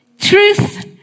truth